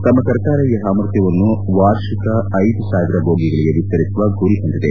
ತಮ್ಮ ಸರ್ಕಾರ ಈ ಸಾಮರ್ಥ್ಯವನ್ನು ವಾರ್ಷಿಕ ಐದು ಸಾವಿರ ಬೋಗಿಗಳಿಗೆ ವಿಸ್ತರಿಸುವ ಗುರಿ ಹೊಂದಿದೆ